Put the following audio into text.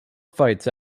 fights